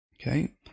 Okay